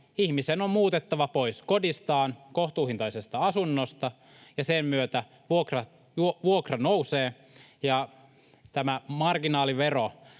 ihmisen on muutettava pois kodistaan, kohtuuhintaisesta asunnosta, ja sen myötä vuokra nousee ja tämä marginaalivero,